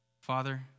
Father